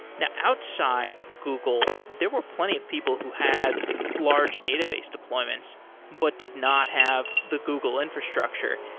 now, outside of google, there were plenty of people who had large database deployments but did not have the google infrastructure.